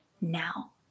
now